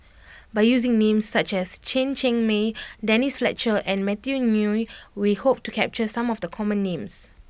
by using names such as Chen Cheng Mei Denise Fletcher and Matthew Ngui we hope to capture some of the common names